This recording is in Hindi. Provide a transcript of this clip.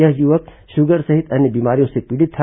यह युवक शुगर सहित अन्य बीमारियों से पीड़ित था